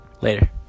Later